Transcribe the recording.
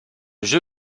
jeu